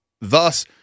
Thus